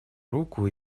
руку